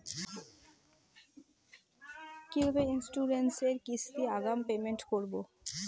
কিভাবে ইন্সুরেন্স এর কিস্তি আগাম পেমেন্ট করবো?